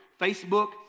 Facebook